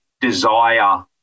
desire